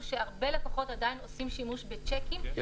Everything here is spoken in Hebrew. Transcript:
שהרבה לקוחות עדיין עושים שימוש בצ'קים,